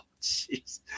jeez